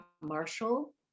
Marshall